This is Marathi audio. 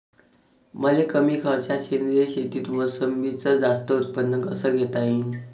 मले कमी खर्चात सेंद्रीय शेतीत मोसंबीचं जास्त उत्पन्न कस घेता येईन?